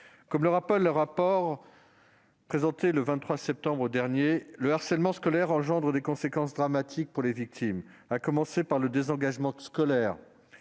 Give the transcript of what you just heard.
Comme l'explique le rapport présenté le 23 septembre dernier, le harcèlement scolaire engendre des conséquences dramatiques pour les victimes, à commencer par le désengagement scolaire